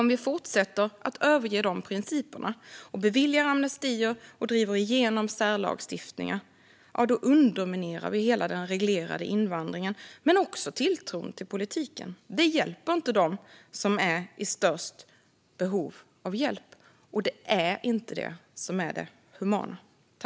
Om vi fortsätter att överge de principerna och beviljar amnestier och driver igenom särlagstiftning underminerar vi den reglerade invandringen och tilltron till politiken. Det hjälper inte dem som är i störst behov av hjälp. Det är inte det som är det humana.